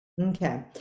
Okay